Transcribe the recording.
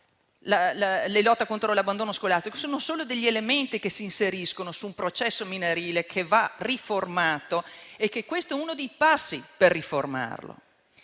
la lotta contro l'abbandono scolastico. Questi sono solo degli elementi che si inseriscono su un processo minorile che va riformato, e questi sono alcuni dei passi per riformarlo.